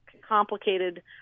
complicated